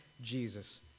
Jesus